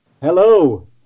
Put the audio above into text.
Hello